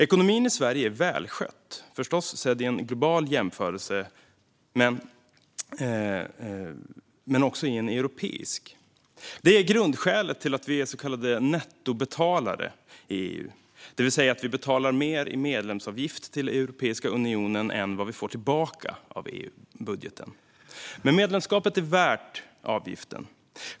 Ekonomin i Sverige är välskött, förstås sedd i en global jämförelse men också i en europeisk. Det är grundskälet till att vi är så kallade nettobetalare till EU, det vill säga att vi betalar mer i medlemsavgift till Europeiska unionen än vad vi får tillbaka av EU-budgeten. Medlemskapet är dock värt avgiften.